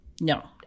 No